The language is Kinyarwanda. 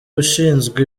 ushinzwe